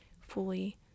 fully